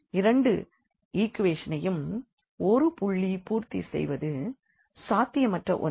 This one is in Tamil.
இரண்டு ஈக்வேஷன் ஐயும் ஒரு புள்ளி பூர்த்தி செய்வது சாத்தியமற்ற ஒன்று